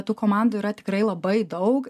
tų komandų yra tikrai labai daug